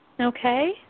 Okay